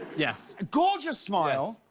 yeah gorgeous smile.